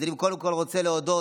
אז אני, קודם כול, רוצה להודות,